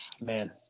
man